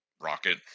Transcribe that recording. rocket